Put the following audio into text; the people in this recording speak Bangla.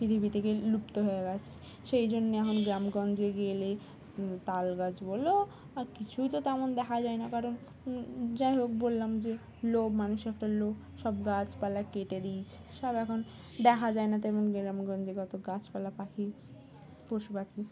পৃথিবীতে লুপ্ত হয়ে গেছে সেই জন্যে এখন গ্রামগঞ্জে গেলে তাল গাছ বলো আর কিছুই তো তেমন দেখা যায় না কারণ যাই হোক বললাম যে লোভ মানুষ একটা লো সব গাছপালা কেটে দিয়েছে সব এখন দেখা যায় না তেমন গ্রামগঞ্জে কত গাছপালা পাখি পশু পাখি